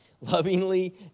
Lovingly